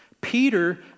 Peter